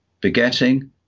Begetting